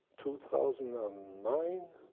two thousand and nine.